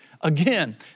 Again